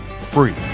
free